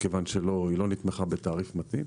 מכיוון שהיא לא נתמכה בתעריף מתאים.